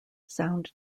sound